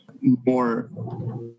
more